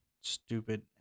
stupid